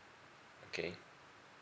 okay